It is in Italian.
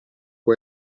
può